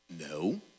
No